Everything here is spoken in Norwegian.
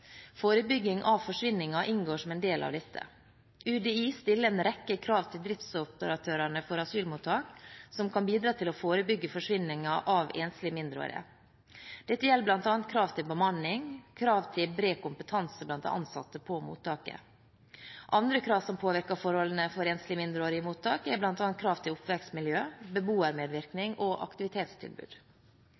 Forebygging av forsvinninger inngår som en del av dette. UDI stiller en rekke krav til driftsoperatørene for asylmottak som kan bidra til å forebygge forsvinninger av enslige mindreårige. Dette gjelder bl.a. krav til bemanning og til bred kompetanse blant de ansatte på mottaket. Andre krav som påvirker forholdene for enslige mindreårige i mottak, er bl.a. krav til oppvekstmiljø, beboermedvirkning og aktivitetstilbud.